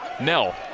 Nell